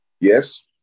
Yes